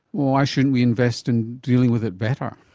why shouldn't we invest in dealing with it better?